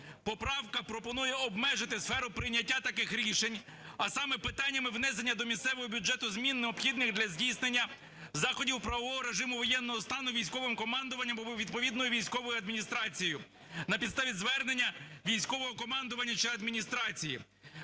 Поправка пропонує обмежити сферу прийняття таких рішень, а саме: питаннями внесення до місцевого бюджету змін, необхідних для здійснення заходів правового режиму воєнного стану військовим командуванням або відповідної військової адміністрацією на підставі звернення військового командування чи адміністрації.